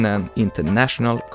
International